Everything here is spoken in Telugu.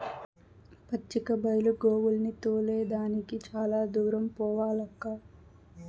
పచ్చిక బైలు గోవుల్ని తోలే దానికి చాలా దూరం పోవాలక్కా